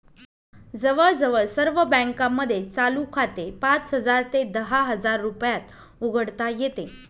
जवळजवळ सर्व बँकांमध्ये चालू खाते पाच हजार ते दहा हजार रुपयात उघडता येते